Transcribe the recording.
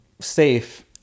safe